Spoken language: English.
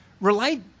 relate